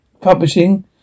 Publishing